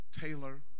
Taylor